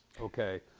Okay